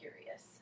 curious